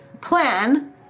plan